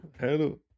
Hello